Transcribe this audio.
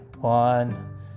one